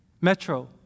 Metro